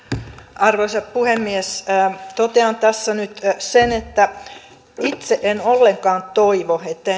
arvoisa puhemies totean tässä nyt sen että itse en ollenkaan toivo että